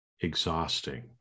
exhausting